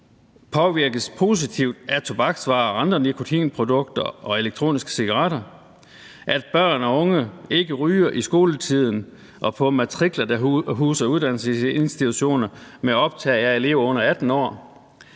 påvirkes positivt af tobaksvarer og andre nikotinprodukter og elektroniske cigaretter; at børn og unge ikke ryger i skoletiden og på matrikler, der huser uddannelsesinstitutioner med optag af elever under 18 år;